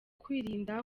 kwirinda